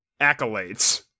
accolades